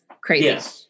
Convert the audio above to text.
crazy